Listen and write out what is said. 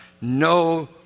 No